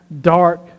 dark